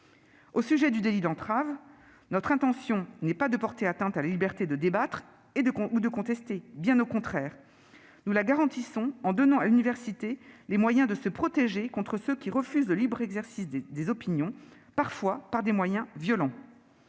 Au sujet du délit d'entrave, notre intention n'est pas de porter atteinte à la liberté de débattre ou de contester. Nous la garantissons, bien au contraire, en donnant à l'université les moyens de se protéger contre ceux qui refusent le libre exercice des opinions, parfois par des moyens violents.